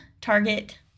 Target